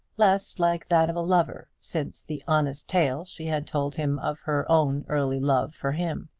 less like that of a lover, since the honest tale she had told him of her own early love for him.